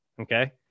Okay